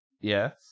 Yes